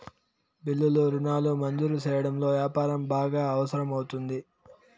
బిల్లులు రుణాలు మంజూరు సెయ్యడంలో యాపారం బాగా అవసరం అవుతుంది